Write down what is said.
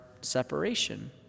separation